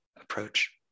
approach